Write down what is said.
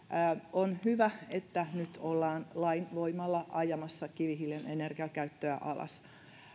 on hyvä että nyt ollaan lain voimalla ajamassa kivihiilen energiakäyttöä alas